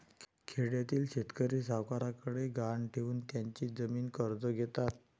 खेड्यातील शेतकरी सावकारांकडे गहाण ठेवून त्यांची जमीन कर्ज घेतात